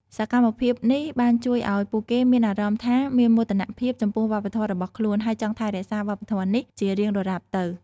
សកម្មភាពនេះបានជួយឱ្យពួកគេមានអារម្មណ៍ថាមានមោទនភាពចំពោះវប្បធម៌របស់ខ្លួន ហើយចង់ថែរក្សាវប្បធម៌នេះជារៀងដរាបទៅ។